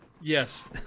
Yes